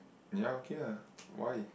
ya okay ah why